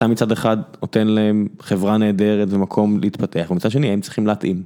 שם מצד אחד, נותן להם חברה נהדרת ומקום להתפתח, ומצד שני, הם צריכים להתאים.